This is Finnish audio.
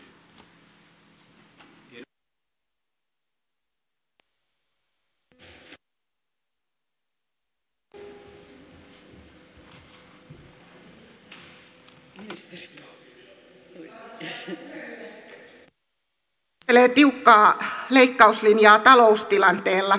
hallitus perustelee tiukkaa leikkauslinjaa taloustilanteella